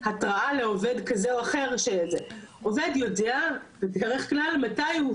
עובד יודע בדרך כלל מתי הוא שוהה חוקי ומתי הוא שוהה בלתי חוקי,